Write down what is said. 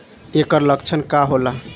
ऐकर लक्षण का होला?